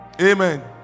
Amen